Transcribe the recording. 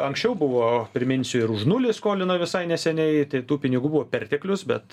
anksčiau buvo priminsiu ir už nulį skolino visai neseniai tai tų pinigų buvo perteklius bet